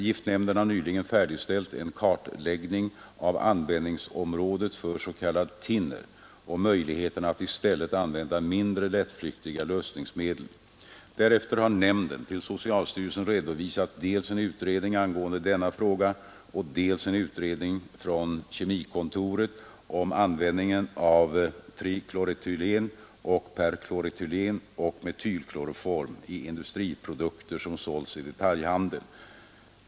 Giftnämnden har nyligen färdigställt en kartläggning av användningsområdet för s.k. thinner och möjligheterna att i stället använda mindre lättflyktiga lösningsmedel. Därefter har nämnden till socialstyrelsen redovisat dels en utredning angående denna fråga, dels en utredning från kemikontoret om användning av trikloretylen, perkloretylen och metylkloroform i industriprodukter som sålts i detaljhandeln.